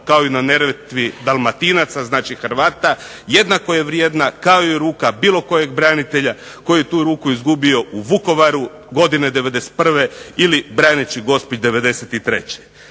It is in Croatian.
kao i na Neretvi Dalmatinaca, znači Hrvata jednako je vrijedna kao i ruka bilo kojeg branitelja koji je tu ruku izgubio u Vukovaru godine '91. ili braneći Gospić '93.